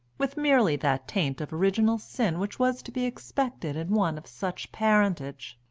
with merely that taint of original sin which was to be expected in one of such parentage.